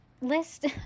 list